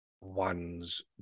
one's